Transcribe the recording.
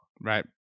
Right